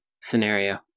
scenario